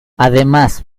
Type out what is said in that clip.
además